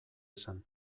esan